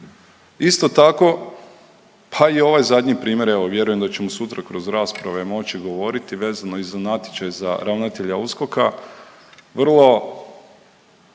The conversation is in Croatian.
Isto tako, pa i ovaj zadnji primjer, evo vjerujem da ćemo sutra kroz rasprave moći govoriti vezano i za natječaj za ravnatelja USKOK-a, vrlo